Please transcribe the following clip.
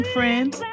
Friends